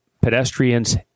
pedestrians